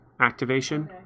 activation